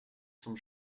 zum